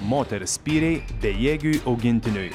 moteris spyrei bejėgiui augintiniui